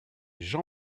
jean